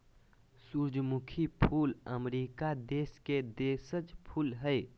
सूरजमुखी फूल अमरीका देश के देशज फूल हइ